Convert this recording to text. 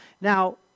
Now